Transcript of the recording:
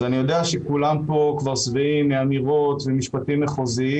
אז אני יודע שכולם פה כבר שבעים מאמירות ומשפטים מחוזיים.